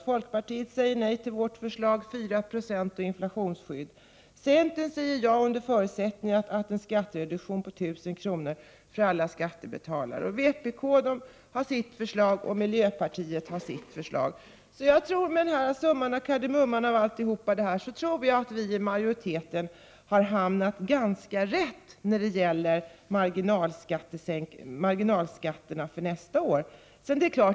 Folkpartiet säger nej till vårt förslag om 4 96 och inflationsskydd. Centern säger ja under förutsättning att en skattereduktion på 1000 kr. införs för alla skattebetalare. Vpk har sitt förslag och miljöpartiet sitt. Summan av kardemumman blir att vi i majoriteten har hamnat ganska rätt.